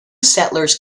settlers